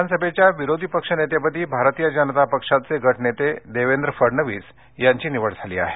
विधानसभेच्या विरोधी पक्षनेतेपदी भारतीय जनता पक्षाचे गटनेते देवेंद्र फडणवीस यांची निवड झाली आहे